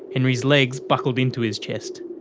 henry's legs buckled into his chest.